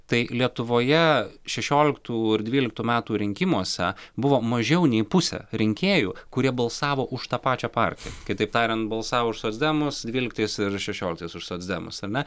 tai lietuvoje šešioliktų ir dvyliktų metų rinkimuose buvo mažiau nei pusė rinkėjų kurie balsavo už tą pačią partiją kitaip tariant balsavo už socdemus dvyliktais ir šešioliktais už socdemus ar ne